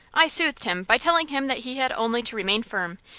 i soothed him by telling him that he had only to remain firm,